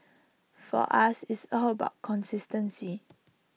for us it's all about consistency